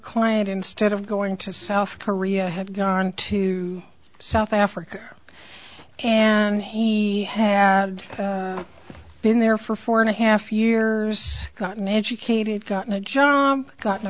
client instead of going to south korea had gone to south africa and he had been there for four and a half years gotten educated got a job got